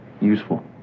useful